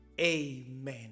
Amen